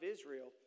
Israel